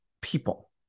people